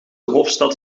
hoofdstad